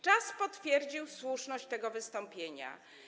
Czas potwierdził słuszność tego wystąpienia.